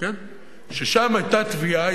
ששם היתה תביעה,